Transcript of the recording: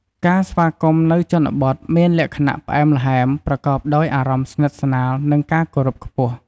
ការស្វាគមន៍នៅជនបទមានលក្ខណៈផ្អែមល្ហែម ប្រកបដោយអារម្មណ៍ស្និទ្ធស្នាល និងការគោរពខ្ពស់។